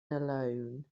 alone